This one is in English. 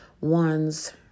ones